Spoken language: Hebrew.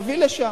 נביא לשם.